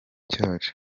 cyacu